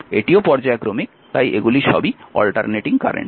এটিও পর্যায়ক্রমিক তাই এগুলি অল্টারনেটিং কারেন্ট